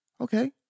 Okay